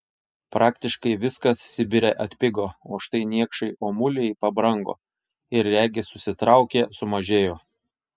praktiškai viskas sibire atpigo o štai niekšai omuliai pabrango ir regis susitraukė sumažėjo